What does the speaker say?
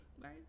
Right